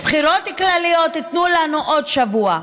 יש בחירות כלליות, תיתנו לנו עוד שבוע.